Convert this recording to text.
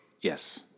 Yes